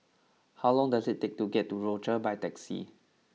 how long does it take to get to Rochor by taxi